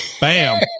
Bam